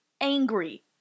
angry